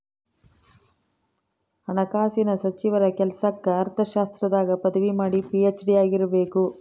ಹಣಕಾಸಿನ ಸಚಿವರ ಕೆಲ್ಸಕ್ಕ ಅರ್ಥಶಾಸ್ತ್ರದಾಗ ಪದವಿ ಮಾಡಿ ಪಿ.ಹೆಚ್.ಡಿ ಆಗಿರಬೇಕು